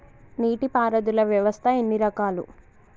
నీటి పారుదల వ్యవస్థ ఎన్ని రకాలు?